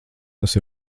tas